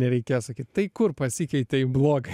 nereikėjo sakyt tai kur pasikeitė į blogą